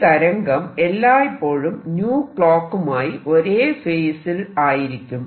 ഈ തരംഗം എല്ലായ്പ്പോഴും clock മായി ഒരേ ഫേസിൽ ആയിരിക്കും